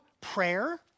prayer